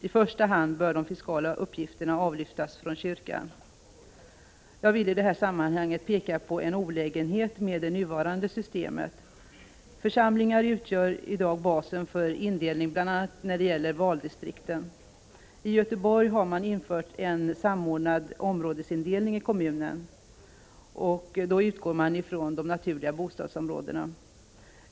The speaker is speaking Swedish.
I första hand bör de fiskala uppgifterna avlyftas från kyrkan. Jag vill i detta sammanhang peka på en olägenhet med det nuvarande systemet. Församlingar utgör i dag basen för indelning i bl.a. valdistrikt. I Göteborg har man infört en samordnad områdesindelning i kommunen. Den utgår från naturliga bostadsområden.